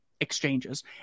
exchanges